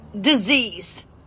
disease